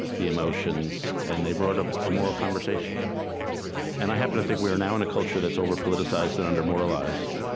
the emotions, and they brought ah a moral conversation and i happen to think we are now in a culture that's over-politicized and under-moralized.